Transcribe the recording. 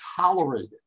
tolerated